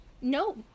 no